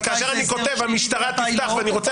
כי כאשר אני כותב המשטרה תפתח ואני רוצה